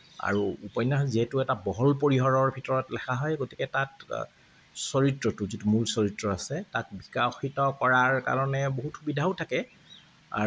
আৰু উপন্যাস যিহেতু এটা বহল পৰিসৰৰ ভিতৰত লিখা হয় গতিকে তাত চৰিত্ৰটো যিটো মূল চৰিত্ৰ আছে তাক বিকশিত কৰাৰ কাৰণে বহুত সুবিধাও থাকে